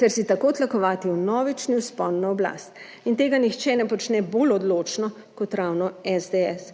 ter si tako tlakovati vnovični vzpon na oblast. In tega nihče ne počne bolj odločno kot ravno SDS.